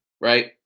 right